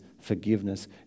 forgiveness